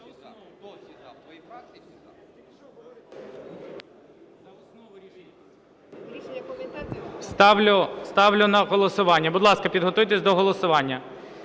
Ставлю на голосування. Будь ласка, підготуйтесь до голосування.